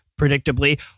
predictably